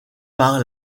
par